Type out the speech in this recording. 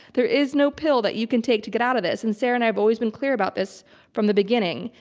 there is no pill that you can take to get out of this. and sarah and i have always been clear about this from the beginning,